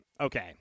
okay